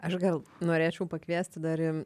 aš gal norėčiau pakviesti dar į